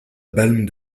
balme